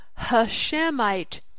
Hashemite